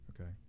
Okay